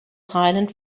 silent